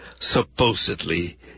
supposedly